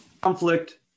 Conflict